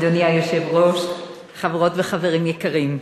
אדוני היושב-ראש, חברות וחברים יקרים,